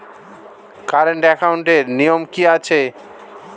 Current একাউন্টের নিয়ম কী আছে?